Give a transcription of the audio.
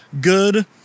good